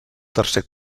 tercer